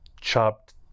chopped